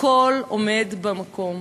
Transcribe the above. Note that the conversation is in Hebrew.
הכול עומד במקום.